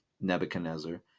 nebuchadnezzar